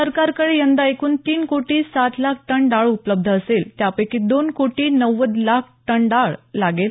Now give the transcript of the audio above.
सरकारकडे यंदा एकूण तीन कोटी सात लाख टन डाळ उपलब्ध असेल त्यापैकी दोन कोटी नव्वद लाख टन डाळ लागेल